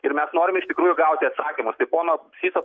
ir mes norim iš tikrųjų gauti atsakymus tai pono syso